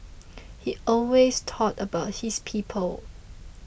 he always thought about his people